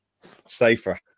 Safer